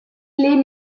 leen